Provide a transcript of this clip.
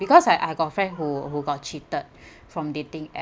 because I I got friend who who got cheated from dating app